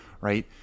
right